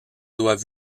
doivent